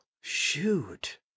shoot